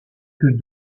que